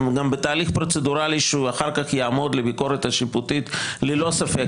גם בתהליך פרוצדורלי שאחר כך יעמוד לביקורת השיפוטית ללא ספק